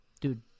dude